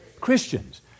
Christians